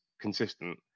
consistent